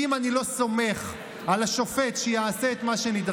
כי אם אני לא סומך על השופט שיעשה את מה שנדרש,